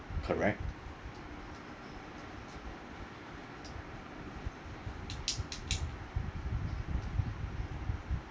correct